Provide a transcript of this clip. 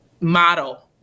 model